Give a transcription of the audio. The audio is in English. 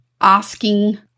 asking